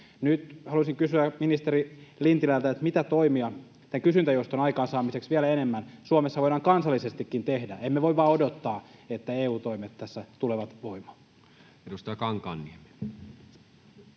Nyt haluaisin kysyä ministeri Lintilältä: mitä toimia tämän kysyntäjouston aikaansaamiseksi vielä enemmän Suomessa voidaan kansallisestikin tehdä? Emme voi vain odottaa, että EU-toimet tässä tulevat voimaan. Edustaja Kankaanniemi.